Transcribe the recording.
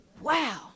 Wow